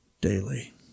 daily